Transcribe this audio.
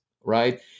right